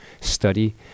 study